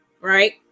Right